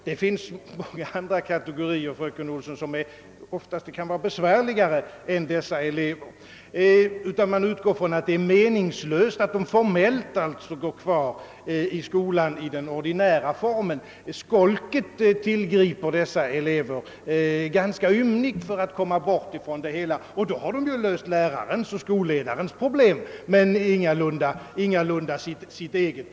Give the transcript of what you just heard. Det finns många andra kategorier, fröken Olsson, som kan vara besvärligare än dessa elever. Man utgår i stället från att det är meningslöst att de formellt går kvar i skolan i den ordinära formen. Skolk tillgriper dessa elever ganska ymnigt för att komma bort från skolan, och då har de löst lärarens och skolledarens problem men ingalunda sitt eget.